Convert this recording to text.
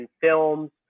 films